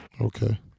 Okay